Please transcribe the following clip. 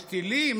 יש טילים?